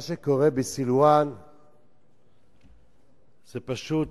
מה שקורה בסילואן זה פשוט,